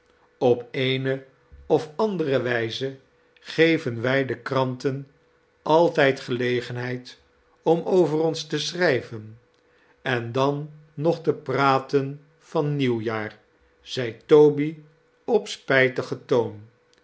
op eene of andere wijze geren wij de l kerstvertellingen kranten altijd gelegenheid oni over ons te schrijven en dan nog te praten van nieuwjaar zei toby op spijtigen toon